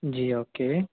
جی okay